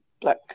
Black